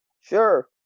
Sure